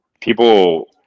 People